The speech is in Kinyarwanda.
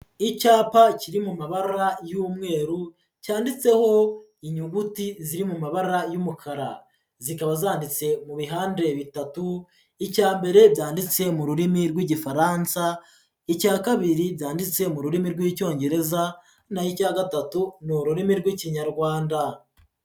Icyapa kiri mu mabarura y'umweru cyanditseho inyuguti ziri mu mabara y'umukara. Zikaba zanditse mu bihande bitatu, icya mbere byanditse mu rurimi rw'Igifaransa, icya kabiri byanditse mu rurimi rw'Icyongereza n'aho icya gatatu ni ururimi rw'Ikinyarwanda.